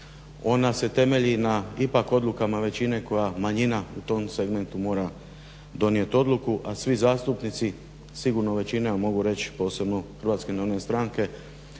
ona se temelji na ipak odlukama većine koja manjina u tom segmentu mora donijet odluku a svi zastupnici, sigurno većina, mogu reći posebno HNS-a, osobno